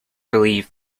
believe